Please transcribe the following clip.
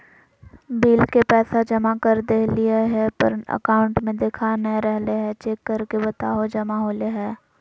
Bill के पैसा जमा कर देलियाय है पर अकाउंट में देखा नय रहले है, चेक करके बताहो जमा होले है?